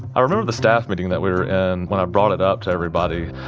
i remember the staff meeting that we were and when i brought it up to everybody.